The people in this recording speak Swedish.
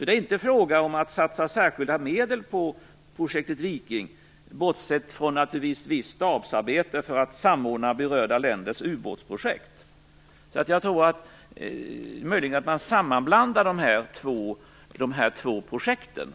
Det är inte fråga om att satsa särskilda medel på projektet Viking, bortsett från ett visst stabsarbete för att samordna berörda länders ubåtsprojekt. Jag tror möjligen att man sammanblandar de här två projekten.